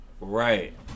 Right